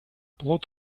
плод